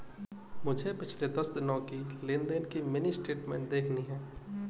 मुझे पिछले दस दिनों की लेन देन की मिनी स्टेटमेंट देखनी है